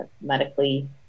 medically